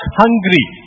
hungry